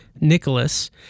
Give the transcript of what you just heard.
Nicholas